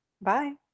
Bye